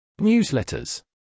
Newsletters